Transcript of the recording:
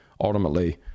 ultimately